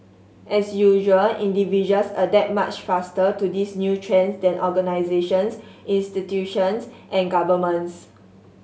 as usual individuals adapt much faster to these new trends than organisations institutions and governments